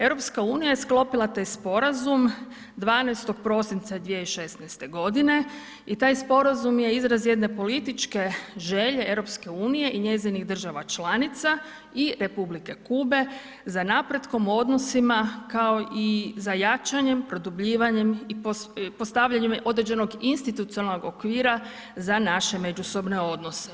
EU je sklopila taj sporazum 12. prosinca 2016. g. i taj sporazum izraz jedne političke želje EU-a i njezinih država članica i Republike Kube za napretkom u odnosima kao i za jačanjem, produbljivanjem i postavljanjem određenog institucionalnog okvira za naše međusobne odnose.